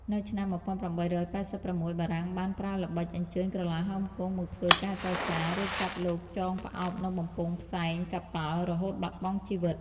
នៅឆ្នាំ ១៨៨៦ បារាំងបានប្រើល្បិចអញ្ជើញក្រឡាហោមគង់មកធ្វើការចរចា រួចចាប់លោកចងផ្អោបនឹងបំពង់ផ្សែងកប៉ាល់រហូតបាត់បង់ជីវិត។